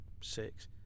six